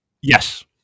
Yes